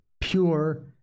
pure